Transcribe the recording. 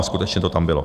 A skutečně to tam bylo.